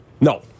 No